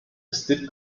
steve